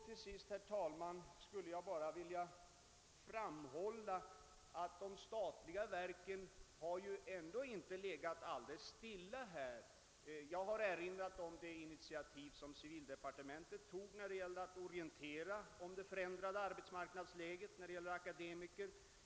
Till sist, herr talman, skulle jag vilja framhålla att de statliga verken ändå inte har legat alldeles stilla på detta område. Jag har redan erinrat om det initiativ som civildepartementet tog när det gällde att orientera om det förändrade arbetsmarknadsläget för akademiker.